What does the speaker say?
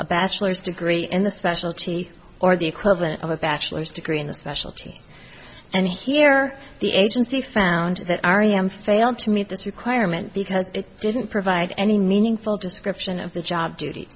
a bachelor's degree in the specialty or the equivalent of a bachelor's degree in the specialty and here the agency found that r e m failed to meet this requirement because it didn't provide any meaningful description of the job dut